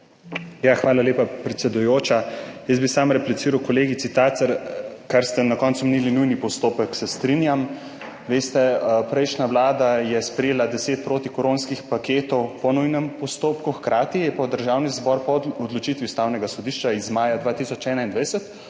Hvala lepa, predsedujoča. Samo repliciral bi kolegici Tacer. Kar ste na koncu omenili, nujni postopek – se strinjam. Veste, prejšnja vlada je sprejela 10 protikoronskih paketov po nujnem postopku, hkrati je pa v Državni zbor po odločitvi Ustavnega sodišča iz maja 2021